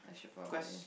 I should probably